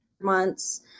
months